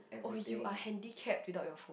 oh you are handicapped without your phone